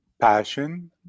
Passion